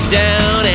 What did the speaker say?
down